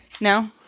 No